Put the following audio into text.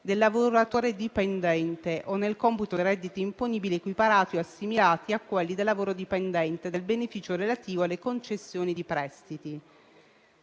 del lavoratore dipendente o nel computo dei redditi imponibili, equiparati o assimilati a quelli del lavoro dipendente, del beneficio relativo alle concessioni di prestiti.